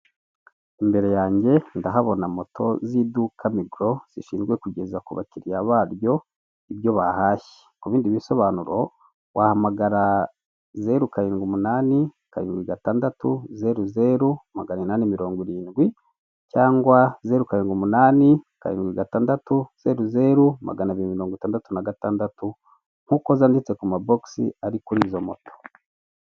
Imbere yanjye ndahabona moto z'iduka MIGRO zishinzwe kugeza ku bakiriya baryo ibyo bahashye, ku bindi bisobanuro wahamagara zeru, karindwi, umunani, kabiri, gatandatu, zeru, zeru, magana inani mirongo irindwi cyangwa ziru, karindwi, umunani, karindwi, gatandatu, zeru, zeru, magana abiri mirongo itandatu na gatandatu nk'uko zanditse ku mabosi ari kuri izo moto.